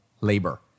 labor